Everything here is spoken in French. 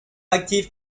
actif